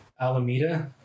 alameda